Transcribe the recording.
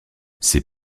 ces